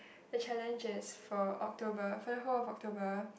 the challenge is for October for the whole of October